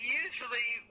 usually